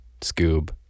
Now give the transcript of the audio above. Scoob